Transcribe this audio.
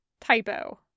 Typo